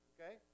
Okay